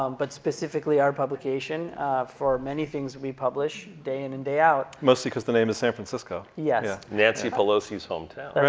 um but specifically our publication for many things we publish day in and day out. mostly cause the name is san francisco. yes. nancy pelosi's hometown.